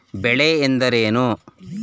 ಬೆಳೆ ಎಂದರೇನು?